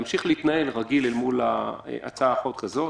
מהי האפשרות להמשיך להתנהל רגיל אל מול הצעת חוק כזאת,